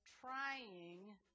trying